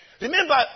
Remember